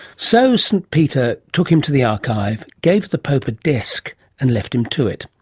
so, st peter took him to the archive, gave the pope a desk and left him to it.